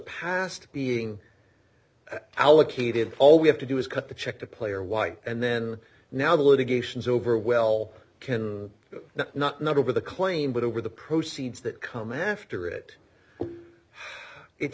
past being allocated all we have to do is cut the check to player white and then now the litigations over well can now not not over the claim but over the proceeds that come after it it